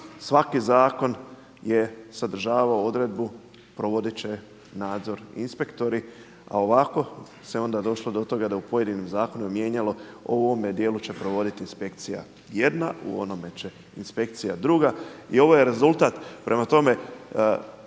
svaki zakon je sadržavao odredbu provodit će nadzor inspektori a ovako se onda došlo do toga da se u pojedinim zakonima mijenjalo u ovome dijelu će provoditi inspekcija jedna, u onome će inspekcija druga. I ovo je rezultat. Prema tome,